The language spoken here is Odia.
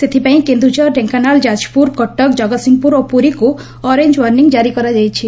ସେଥିପାଇଁ କେନ୍ଦୁଝର ଢେଙ୍କାନାଳ ଯାଜପୁର କଟକ ଜଗତସିଂହପୁର ଓ ପୁରୀକୁ ଅରେଞ୍ ଓାର୍ଷିଂ ଜାରି କରାଯାଇଛି